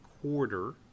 quarter